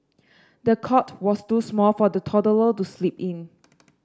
the cot was too small for the toddler to sleep in